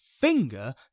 finger